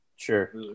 Sure